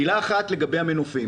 מילה אחת לגבי המנופים